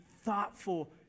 thoughtful